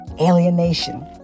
alienation